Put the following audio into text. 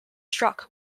struck